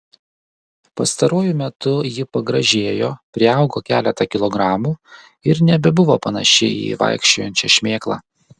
pastaruoju metu ji pagražėjo priaugo keletą kilogramų ir nebebuvo panaši į vaikščiojančią šmėklą